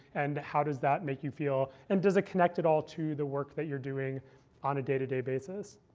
and how does that make you feel? and does it connect it all to the work that you're doing on a day-to-day basis?